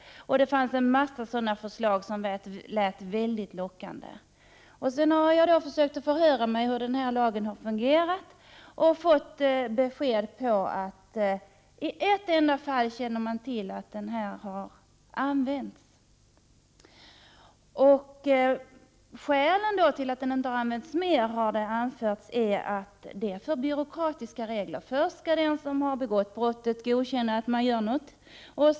Det fanns många liknande förslag som lät väldigt lockande. Jag har försökt höra mig för om hur lagen har fungerat och fått beskedet att man i ett enda fall kände till att den tillämpats. Som skäl till att den inte använts mer har det anförts att reglerna är för byråkratiska. Först skall den som har begått brottet godkänna att hon eller han gör någonting.